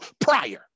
prior